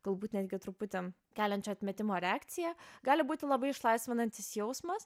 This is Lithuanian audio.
galbūt netgi truputį keliančio atmetimo reakciją gali būti labai išlaisvinantis jausmas